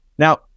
Now